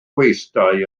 gweithdai